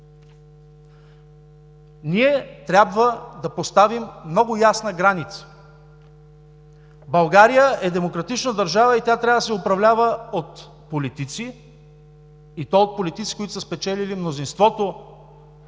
Трябва да поставим много ясна граница. България е демократична държава и тя трябва да се управлява от политици, и то от политици, които са спечелили мнозинството